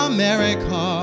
America